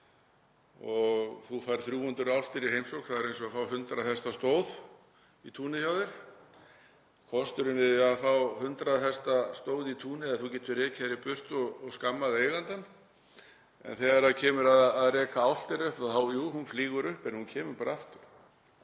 Ef þú færð 300 álftir í heimsókn er það eins og að fá 100 hesta stóð í túnið hjá þér. Kosturinn við að fá 100 hesta stóð í túnið er að þú getur rekið það í burtu og skammað eigandann en þegar kemur að því að reka álftir upp þá, jú, hún flýgur upp en hún kemur bara aftur.